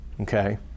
okay